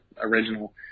original